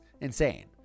insane